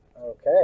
Okay